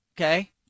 Okay